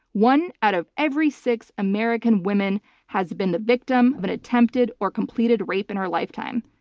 one out of every six american women has been the victim of an attempted or completed rape in her lifetime.